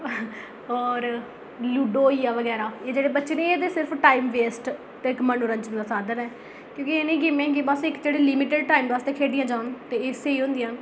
होर लूड़ो होई आ बगैरा एह् ते जेह्ड़े बच्चे न एह् ते बस टाइम बैस्ट ते इक मंनोरंजन दा साधन ऐ क्योंके इ'नें गैमां इक बस लिमटड़ टाइम आस्तै खेढियां जाह्न ते एह् स्हेई होंदियां न